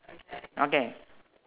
okay